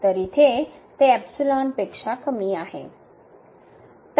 तर इथे ते पेक्षा कमी आहे